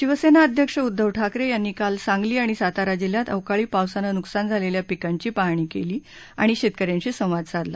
शिवसेना अध्यक्ष उद्दव ठाकरे यांनी काल सांगली आणि सातारा जिल्ह्यात अवकाळी पावसानं नुकसान झालेल्या पिकांची पाहणी केली आणि शेतकऱ्यांशी संवाद साधला